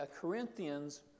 Corinthians